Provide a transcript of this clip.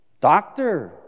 Doctor